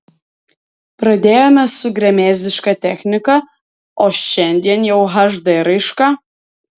pradėjome su gremėzdiška technika o šiandien jau hd raiška